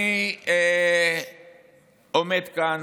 אני עומד כאן